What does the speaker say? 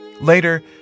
Later